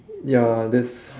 ya there's